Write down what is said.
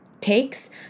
takes